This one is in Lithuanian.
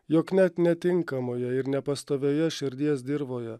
jog net netinkamoje ir nepastovioje širdies dirvoje